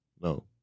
no